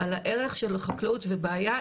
על הערך של חקלאות ובעיה,